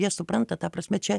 jie supranta ta prasme čia